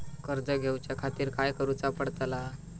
कर्ज घेऊच्या खातीर काय करुचा पडतला?